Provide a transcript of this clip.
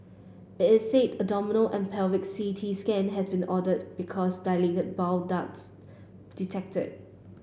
it said abdominal and pelvic C T scan had been ordered because dilated bile ducts detected